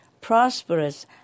prosperous